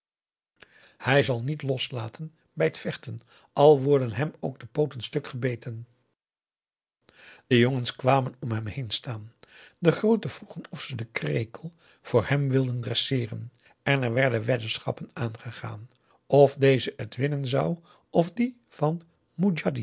hij zal niet loslaten bij t vechten al worden hem ook de pooten stuk gebeten de jongens kwamen om hem heen staan de grooten vroegen of ze den krekel voor hem wilden dresseeren augusta de wit orpheus in de dessa en er werden weddenschappen aangegaan of deze het winnen zou of die van